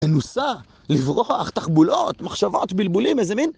מנוסה, לברוח, תחבולות, מחשבות, בלבולים, איזה מין...